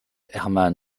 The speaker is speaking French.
hermann